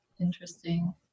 interesting